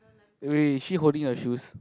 eh wait she holding a shoes